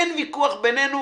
אין ויכוח בינינו.